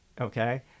okay